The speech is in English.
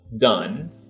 done